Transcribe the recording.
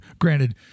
granted